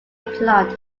plant